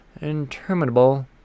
interminable